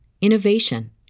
innovation